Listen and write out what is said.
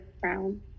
brown